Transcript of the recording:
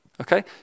Okay